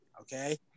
Okay